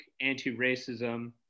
anti-racism